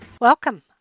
Welcome